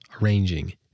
Arranging